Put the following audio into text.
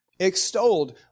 Extolled